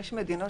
יש מדינות